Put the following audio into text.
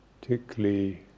particularly